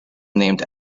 named